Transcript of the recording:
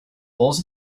holes